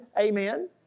amen